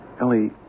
Ellie